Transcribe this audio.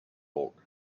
bulk